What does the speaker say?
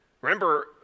Remember